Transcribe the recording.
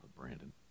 Brandon